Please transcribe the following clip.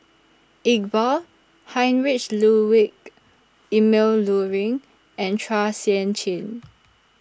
Iqbal Heinrich Ludwig Emil Luering and Chua Sian Chin